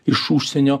iš užsienio